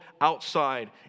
outside